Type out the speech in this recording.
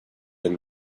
been